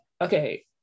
Okay